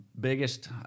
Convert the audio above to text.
biggest